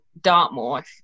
Dartmoor